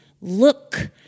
Look